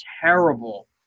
terrible